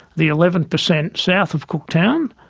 the eleven percent south of cooktown,